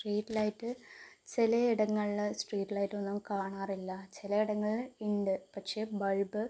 street light ചിലയിടങ്ങളിൽ street light ഒന്നും കാണാറില്ല ചിലയിടങ്ങളിൽ ഉണ്ട് പക്ഷെ ബൾബ്